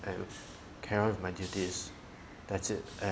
and carry on with my duties that's it